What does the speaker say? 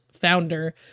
founder